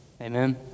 Amen